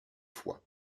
fois